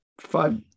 Five